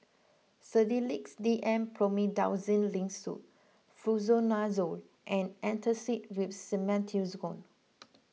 Sedilix D M Promethazine Linctus Fluconazole and Antacid with Simethicone